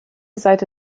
seite